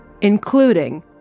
including